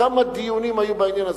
כמה דיונים היו בעניין הזה,